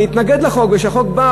אני מתנגד לחוק מפני שהחוק בא,